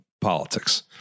politics